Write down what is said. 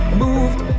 moved